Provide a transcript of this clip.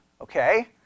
okay